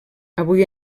avui